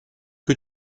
que